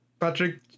Patrick